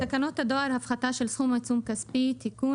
תקנות הדואר )הפחתה של סכום עיצום כספי( (תיקון),